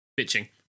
bitching